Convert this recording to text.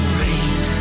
rain